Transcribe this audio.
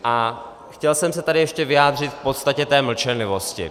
A chtěl jsem se tady ještě vyjádřit k podstatě té mlčenlivosti.